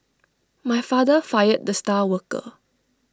my father fired the star worker